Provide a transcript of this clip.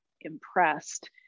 impressed